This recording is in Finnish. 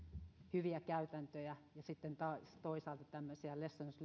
hyviä käytäntöjä ja sitten taas toisaalta tällaisia lessons